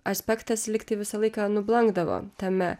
aspektas likti visą laiką nublankdavo tame